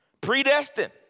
predestined